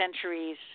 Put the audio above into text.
centuries